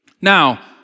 Now